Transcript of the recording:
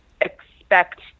expect